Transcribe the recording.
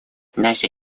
наша